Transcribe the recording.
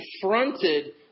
confronted